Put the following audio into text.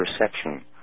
perception